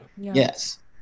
yes